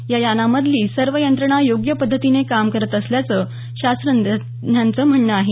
या यानामधली सर्व यंत्रणा योग्य पद्धतीनं काम करत असल्याचं शास्त्रज्ञांचं म्हणणं आहे